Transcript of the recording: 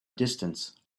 distance